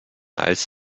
als